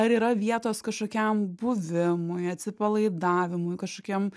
ar yra vietos kažkokiam buvimui atsipalaidavimui kažkokiem